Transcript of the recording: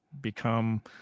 become